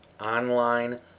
Online